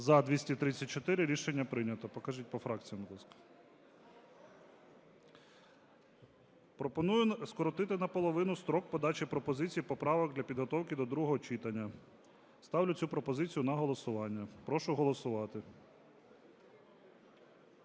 За-234 Рішення прийнято. Покажіть по фракціях, будь ласка. Пропоную скоротити наполовину строк подачі пропозицій і поправок для підготовки до другого читання. Ставлю цю пропозицію на голосування. Прошу голосувати.